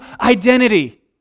identity